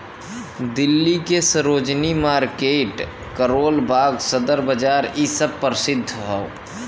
दिल्ली के सरोजिनी मार्किट करोल बाग सदर बाजार इ सब परसिध हौ